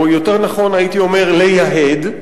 או יותר נכון, הייתי אומר: לייהד,